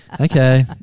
okay